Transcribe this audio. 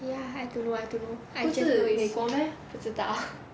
ya I don't know I don't know I think is 不知道